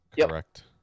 Correct